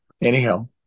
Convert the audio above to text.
anyhow